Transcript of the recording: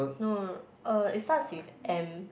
no uh it starts with M